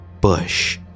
bush